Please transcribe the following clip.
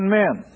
men